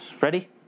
Ready